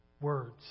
words